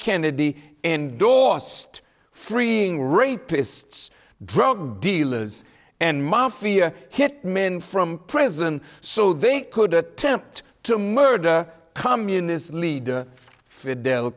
kennedy endorsed free rapists drug dealers and mafia hit men from prison so they could attempt to murder communist leader fidel